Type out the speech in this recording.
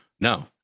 No